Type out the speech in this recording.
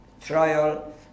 trial